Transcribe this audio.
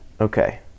okay